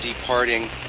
departing